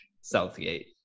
Southgate